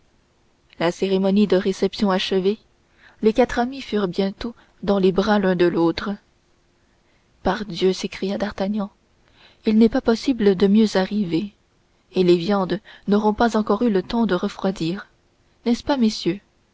la cérémonie de réception achevée les quatre amis furent bientôt dans les bras l'un de l'autre pardieu s'écria d'artagnan il n'est pas possible de mieux arriver et les viandes n'auront pas encore eu le temps de refroidir n'est-ce pas messieurs